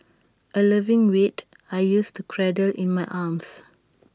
A loving weight I used to cradle in my arms